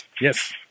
Yes